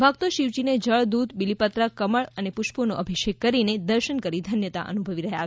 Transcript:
ભક્તો શિવજીને જળ દૂધ બિલીપત્ર કમળ પુષ્પોના અભિષેક કરી દર્શન કરી ધન્યતા અનુભવી રહ્યા છે